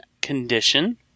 condition